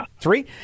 Three